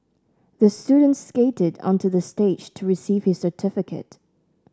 the student skated onto the stage to receive his certificate